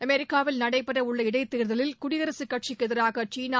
அமெரிக்காவில் நடைபெறவுள்ள இடைத் தேர்தலில் குடியரசு கட்சிக்கு எதிராக சீனா